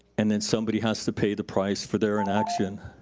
and then somebody has to pay the price for their inaction.